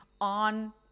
on